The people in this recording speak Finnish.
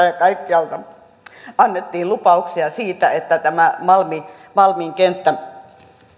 ja kaikkialta annettiin lupauksia siitä että tämä malmin malmin kenttä